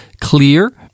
clear